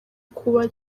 kuba